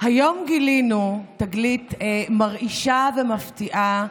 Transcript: גילינו תגלית מרעישה ומפתיעה,